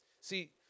See